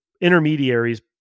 intermediaries